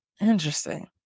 Interesting